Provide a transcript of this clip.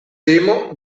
temo